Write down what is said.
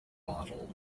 bottle